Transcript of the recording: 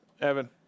Evan